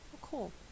cool